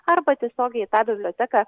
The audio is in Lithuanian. arba tiesiogiai tą biblioteką